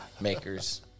Maker's